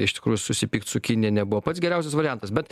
iš tikrųjų susipykt su kinija nebuvo pats geriausias variantas bet